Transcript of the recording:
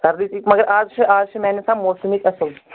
سردی تہِ مگر آز چھِ آز چھِ میانہِ حساب موسم ییٚتہِ اصل